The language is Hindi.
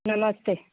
नमस्ते